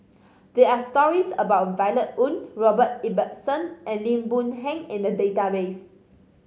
there are stories about Violet Oon Robert Ibbetson and Lim Boon Heng in the database